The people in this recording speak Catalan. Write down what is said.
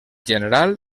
general